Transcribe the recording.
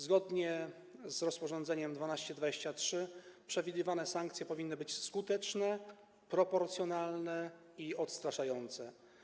Zgodnie z rozporządzeniem 1223 przewidywane sankcje powinny być skuteczne, proporcjonalne i odstraszające.